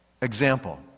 Example